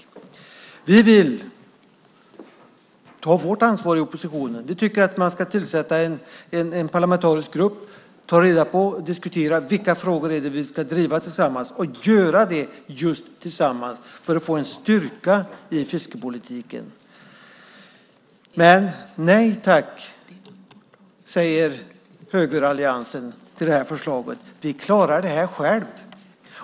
Vi i oppositionen vill ta vårt ansvar. Vi tycker att man ska tillsätta en parlamentarisk grupp för att ta reda på och diskutera vilka frågor som vi ska driva tillsammans och göra det just tillsammans för att få en styrka i fiskepolitiken. Nej tack, säger högeralliansen till det här förslaget, vi klarar det här själva.